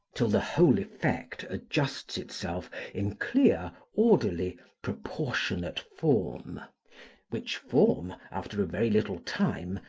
till the whole effect adjusts itself in clear, orderly, proportionate form which form, after a very little time,